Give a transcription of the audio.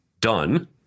done